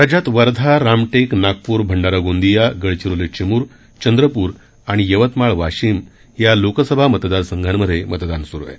राज्यात वर्धा रामटेक नागपूर भंडारा गोंदिया गडचिरोली चिमूर चंद्रपूर आणि यवतमाळ वाशिम लोकसभा मतदार संघात मतदान सुरू आहे